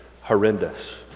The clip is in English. horrendous